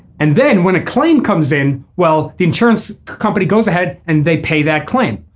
and then when a claim comes in well the insurance company goes ahead and they pay that claim.